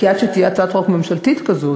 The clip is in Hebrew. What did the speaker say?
כי עד שתהיה הצעת חוק ממשלתית כזאת,